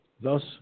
Thus